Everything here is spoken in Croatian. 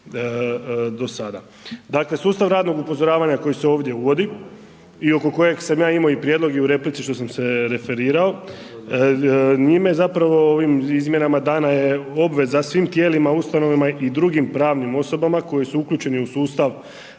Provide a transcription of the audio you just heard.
Dakle, sustav ranog upozoravanja koji se ovdje uvodi i oko kojeg sam ja imao i prijedlog i u replici što sam se referirao, njime zapravo, ovim izmjenama dana je obveza svim tijelima, ustanova i drugim pravnim osobama koji su uključeni u sustav za dostavljanje